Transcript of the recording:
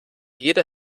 jede